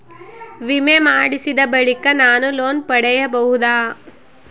ವಿಮೆ ಮಾಡಿಸಿದ ಬಳಿಕ ನಾನು ಲೋನ್ ಪಡೆಯಬಹುದಾ?